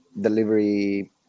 delivery